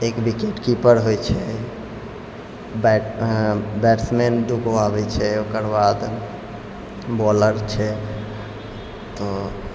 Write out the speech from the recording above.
एक wicket keeper होइ छै बैट्समैन दूगो आबै छै ओकर बाद बॉलर छै तऽ